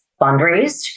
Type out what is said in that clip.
fundraised